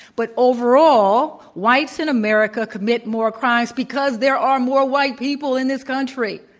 but overall, whites in america commit more crimes because there are more white people in this country.